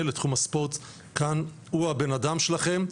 לתחום הספורט כאן - הוא הבן אדם שלכם.